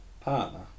partner